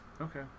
Okay